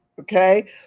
okay